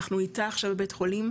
אנחנו איתה עכשיו בבית חולים,